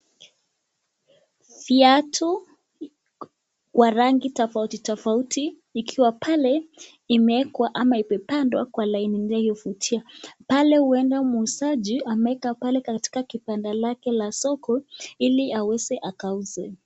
Viatu wa rangi tofauti tofauti ikiwa pale imeekwa ama imepangwa kwa laini inayovutia. Pale ueda muuzaji ameeka pale katika kibanda lake la soko ili aweze akauze.